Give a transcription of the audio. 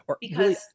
Because-